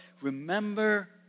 remember